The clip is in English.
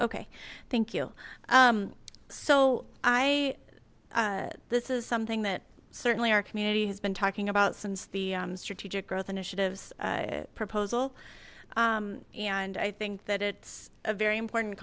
okay thank you so i this is something that certainly our community has been talking about since the strategic growth initiatives proposal and i think that it's a very important